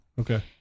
Okay